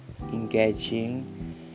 engaging